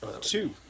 Two